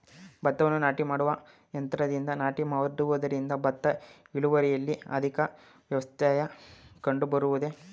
ಭತ್ತವನ್ನು ನಾಟಿ ಮಾಡುವ ಯಂತ್ರದಿಂದ ನಾಟಿ ಮಾಡುವುದರಿಂದ ಭತ್ತದ ಇಳುವರಿಯಲ್ಲಿ ಅಧಿಕ ವ್ಯತ್ಯಾಸ ಕಂಡುಬರುವುದೇ?